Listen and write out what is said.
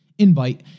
invite